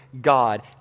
God